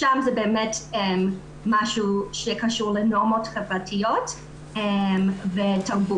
שם זה באמת משהו שקשור לנורמות חברתיות ותרבות.